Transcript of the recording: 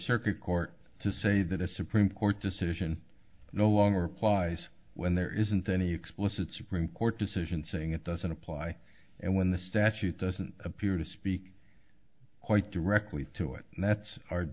circuit court to say that a supreme court decision no longer applies when there isn't any explicit supreme court decision saying it doesn't apply and when the statute doesn't appear to speak quite directly to it that's our